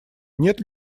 нет